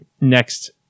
next